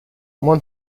one